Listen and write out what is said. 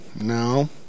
No